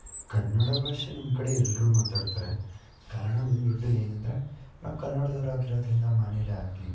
ಕನ್ನಡ ಭಾಷೆ ನಮ್ಮ ಕಡೆ ಎಲ್ಲರೂ ಮಾತಾಡ್ತಾರೆ ಕಾರಣ ಬಂದುಬಿಟ್ಟು ಏನು ಅಂದರೆ ನಾವು ಕನ್ನಡದವರಾಗಿರೋದ್ರಿಂದ ಮನೆಲೇ ಆಗಲಿ